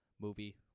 movie